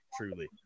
truly